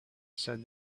said